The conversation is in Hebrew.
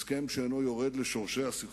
הסכם שאינו יורד לשורשים של הסכסוך.